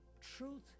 Truth